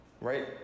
Right